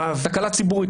תקלה ציבורית.